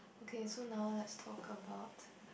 okay so now let's talk about